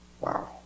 Wow